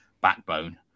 backbone